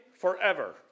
forever